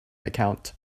account